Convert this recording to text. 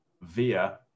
via